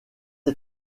est